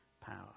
power